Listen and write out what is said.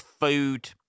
food